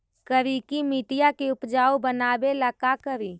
करिकी मिट्टियां के उपजाऊ बनावे ला का करी?